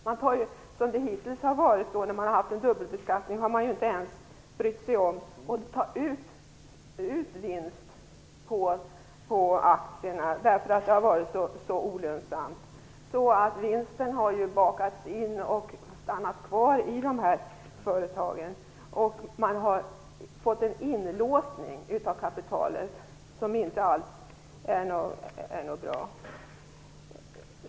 Med den dubbelbeskattning som hittills har funnits har man inte ens brytt sig om att ta ut vinst på aktierna, eftersom det har varit så olönsamt. Vinsten har därför bakats in och stannat kvar i företagen, och det har skett en inlåsning av kapitalet, en inlåsning som inte alls är bra.